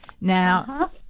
Now